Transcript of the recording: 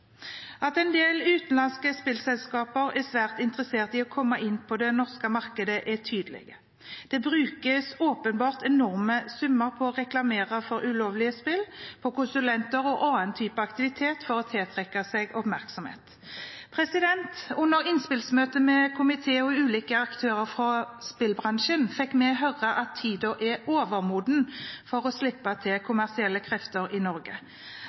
At en del utenlandske spillselskaper er svært interessert i å komme inn på det norske markedet, er tydelig. Det brukes åpenbart enorme summer på å reklamere for ulovlige spill, på konsulenter og på annen type aktivitet for å tiltrekke seg oppmerksomhet. Under innspillsmøtet med komiteen og ulike aktører fra spillbransjen fikk vi høre at tiden er overmoden for å slippe til kommersielle krefter i Norge.